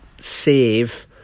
save